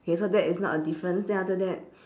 okay so that is not a difference then after that